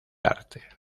arte